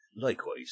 Likewise